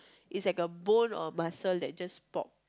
is like a bone or muscle that just pop